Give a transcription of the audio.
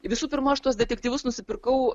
visų pirma aš tuos detektyvus nusipirkau